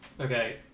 Okay